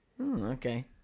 Okay